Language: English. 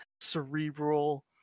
Cerebral